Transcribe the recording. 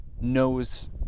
knows